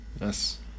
yes